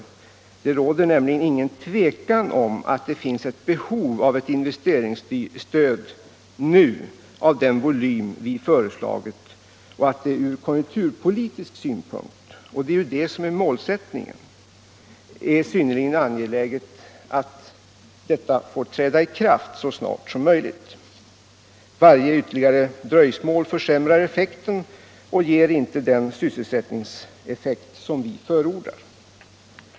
Det råder inget tvivel om att det nu finns ett behov av ett investeringsstöd av den volym som vi föreslagit och att det från konjunkturpolitisk synpunkt är synnerligen angeläget att detta stöd får träda i kraft så snart som möjligt. Varje ytterligare dröjsmål försämrar stödets verkan och minskar den sysselsättningseffekt som vi förordar.